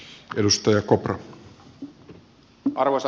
arvoisa herra puhemies